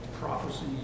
prophecy